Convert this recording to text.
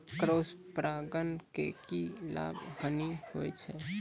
Cross परागण के की लाभ, हानि होय छै?